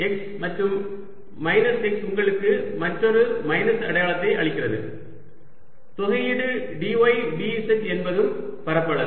x மற்றும் minus x உங்களுக்கு மற்றொரு மைனஸ் அடையாளத்தை அளிக்கிறது தொகையீடு dy dz என்பதும் பரப்பளவே